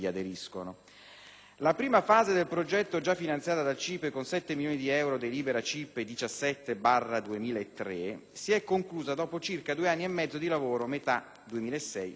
La prima fase del progetto, già finanziata dal CIPE con 7 milioni di euro (delibera CIPE 17/2003), si è conclusa dopo circa due anni e mezzo di lavoro (metà 2006-fine